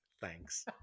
Thanks